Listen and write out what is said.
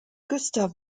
gustav